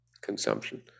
consumption